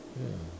ya